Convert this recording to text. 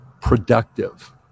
productive